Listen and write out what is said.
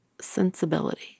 sensibility